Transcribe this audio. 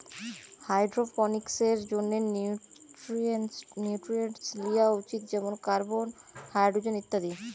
হাইড্রোপনিক্সের জন্যে নিউট্রিয়েন্টস লিয়া উচিত যেমন কার্বন, হাইড্রোজেন ইত্যাদি